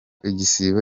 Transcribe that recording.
igisibo